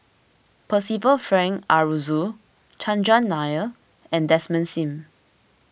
Percival Frank Aroozoo Chandran Nair and Desmond Sim